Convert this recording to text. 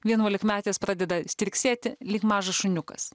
vienuolikmetis pradeda striksėti lyg mažas šuniukas